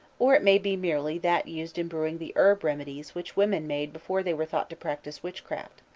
or it may be merely that used in brewing the herb-remedies which women made before they were thought to practise witchcraft.